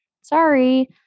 Sorry